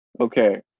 Okay